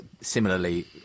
similarly